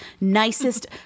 nicest